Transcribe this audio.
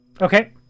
Okay